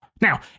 Now